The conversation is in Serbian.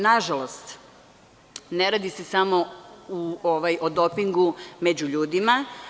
Nažalost, ne radi se samo o dopingu među ljudima.